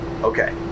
Okay